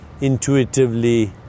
intuitively